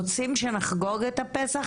רוצים שאנחנו גם נחגוג את חג הפסח,